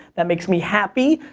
that makes me happy.